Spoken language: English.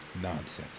nonsense